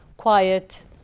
quiet